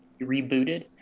rebooted